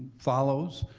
follows,